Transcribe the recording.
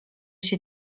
się